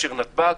נתב"ג,